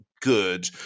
good